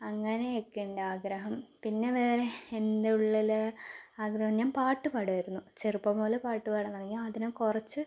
അങ്ങനെയൊക്കെ ഉണ്ട് ആഗ്രഹം പിന്നെ വേറെ എന്റെ ഉള്ളിൽ ആഗ്രഹം ഞാൻ പാട്ടു പാടുമായിരുന്നു ചെറുപ്പം മുതലേ പാട്ടു പാടാൻ തുടങ്ങി അതിന് കുറച്ച്